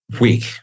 weak